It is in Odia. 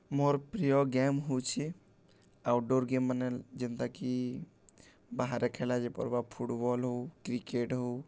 ମୋର୍ ପ୍ରିୟ ଗେମ୍ ହଉଛେ ଆଉଟ୍ଡ଼ୋର୍ ଗେମ୍ମାନେ ଯେନ୍ତାକି ବାହାରେ ଖେଲା ଯାଇପାର୍ବା ଫୁଟ୍ବଲ୍ ହଉ କ୍ରିକେଟ୍ ହଉ